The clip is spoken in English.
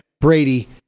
Brady